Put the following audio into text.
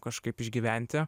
kažkaip išgyventi